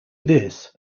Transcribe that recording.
this